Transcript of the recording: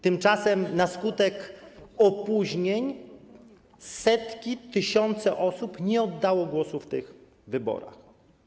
Tymczasem na skutek opóźnień setki, tysiące osób nie oddały głosu w tych wyborach.